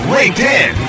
LinkedIn